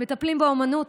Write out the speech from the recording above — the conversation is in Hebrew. מטפלים באומנות,